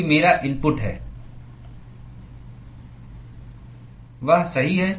क्योंकि मेरा इनपुट है वह सही है